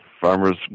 farmers